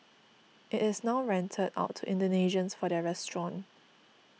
it is now rented out to Indonesians for their restaurant